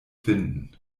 finden